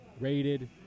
rated